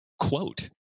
quote